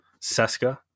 seska